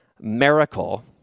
miracle